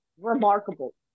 remarkable